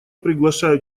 приглашаю